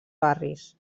barris